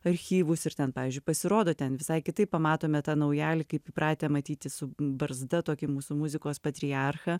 archyvus ir ten pavyzdžiui pasirodo ten visai kitaip pamatome tą naujalį kaip įpratę matyti su barzda tokį mūsų muzikos patriarchą